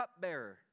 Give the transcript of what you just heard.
cupbearer